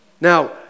Now